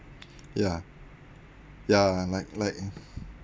ya ya like like